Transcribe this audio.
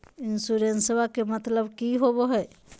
इंसोरेंसेबा के मतलब की होवे है?